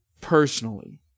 personally